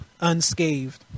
unscathed